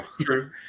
True